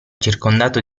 circondato